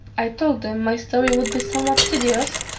i told them my story would be somewhat tedious,